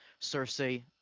Cersei